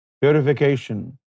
purification